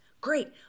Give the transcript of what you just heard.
Great